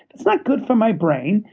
it's not good for my brain.